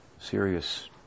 serious